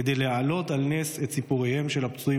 כדי להעלות על נס את סיפוריהם של הפצועים